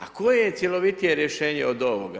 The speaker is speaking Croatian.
A koje je cjelovitije rješenje od ovoga?